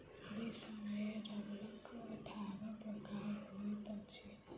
विश्व में रबड़क अट्ठारह प्रकार होइत अछि